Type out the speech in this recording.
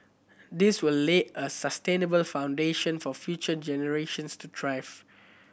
this will lay a sustainable foundation for future generations to thrive